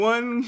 One